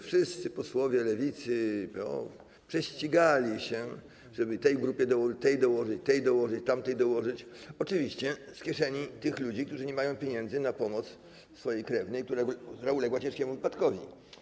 Wszyscy posłowie Lewicy, PO prześcigali się, żeby tej grupie dołożyć, tej dołożyć, tej dołożyć, tamtej dołożyć, oczywiście z kieszeni tych ludzi, którzy nie mają pieniędzy na pomoc swojej krewnej, która uległa ciężkiemu wypadkowi.